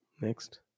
Next